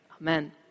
Amen